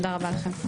תודה רבה לכם.